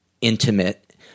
intimate